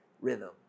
rhythm